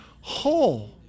whole